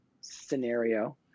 scenario